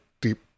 deep